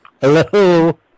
Hello